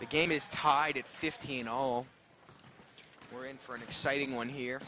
the game is tied at fifteen all we're in for an exciting one